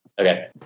Okay